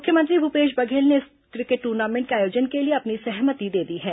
मुख्यमंत्री भूपेश बघेल ने इस क्रिकेट दूर्नामेंट के आयोजन के लिए अपनी सहमति दे दी है